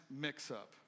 mix-up